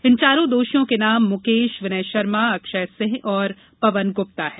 इन चार दोषियों के नाम मुकेश विनय शर्मा अक्षय सिंह और पवन गुप्ता हैं